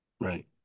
right